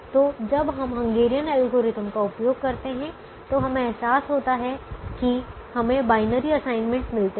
तो जब हम हंगेरियन एल्गोरिथम का उपयोग करते हैं तो हमें एहसास होता है कि हमें बाइनरी असाइनमेंट मिलते हैं